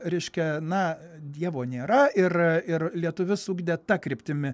reiškia na dievo nėra ir ir lietuvius ugdė ta kryptimi